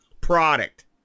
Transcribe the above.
product